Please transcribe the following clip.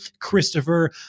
Christopher